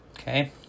Okay